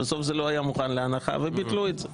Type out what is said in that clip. בסוף זה לא היה מוכן להנחה ולכן ביטלו את זה.